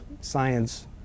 science